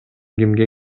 кимге